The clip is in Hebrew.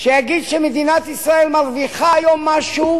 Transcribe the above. שיגיד שמדינת ישראל מרוויחה היום משהו,